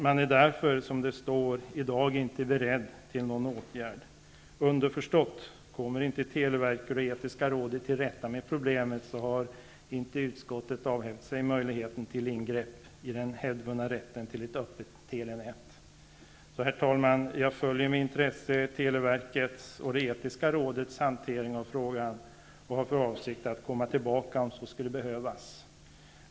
Man är därför inte beredd att i dag vidta någon åtgärd. Underförstått: Om inte televerket och det etiska rådet kommer till rätta med problemet, har inte utskottet avhänt sig möjligheten till ingrepp i den hävdvunna rätten till ett öppet telenät. Herr talman! Jag följer med intresse televerkets och det etiska rådets hantering av frågan och har för avsikt att komma tillbaka om så skulle behövas.